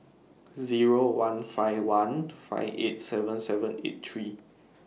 Zero one five one five eight seven seven eight three